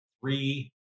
three